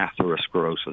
atherosclerosis